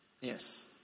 Yes